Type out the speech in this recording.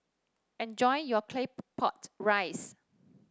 enjoy your Claypot Rice